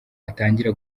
atangira